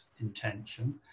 intention